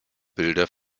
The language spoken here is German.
bilder